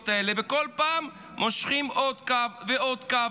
האלה וכל פעם מושכים עוד קו ועוד קו,